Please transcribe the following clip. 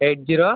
eight zero